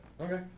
Okay